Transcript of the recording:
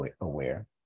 aware